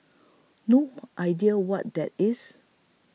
no idea what that is